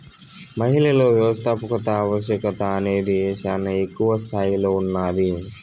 మహిళలలో వ్యవస్థాపకత ఆవశ్యకత అనేది శానా ఎక్కువ స్తాయిలో ఉన్నాది